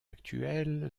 actuelle